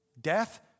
Death